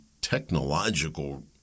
technological